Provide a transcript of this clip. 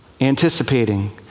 anticipating